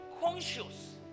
conscious